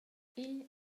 igl